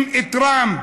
אם טראמפ